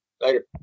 later